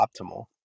optimal